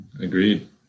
Agreed